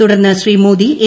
തുടർന്ന് ശ്രീ മോദി എം